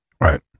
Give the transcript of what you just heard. Right